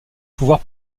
pouvoir